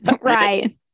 Right